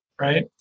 right